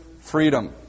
freedom